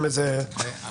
אבל